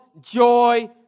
joy